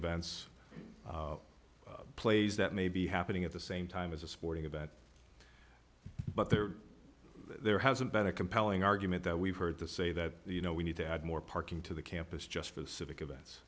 events plays that may be happening at the same time as a sporting event but there there hasn't been a compelling argument that we've heard to say that you know we need to add more parking to the campus just for the civic events